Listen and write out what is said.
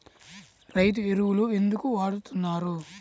రైతు ఎరువులు ఎందుకు వాడుతున్నారు?